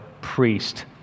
priest